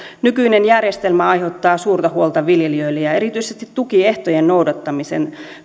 nykyinen järjestelmä aiheuttaa suurta huolta viljelijöille ja erityisesti tukiehtojen noudattamisen